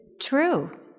True